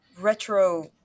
retro